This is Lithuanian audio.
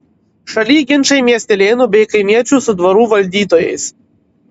šaly ginčai miestelėnų bei kaimiečių su dvarų valdytojais